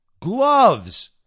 Gloves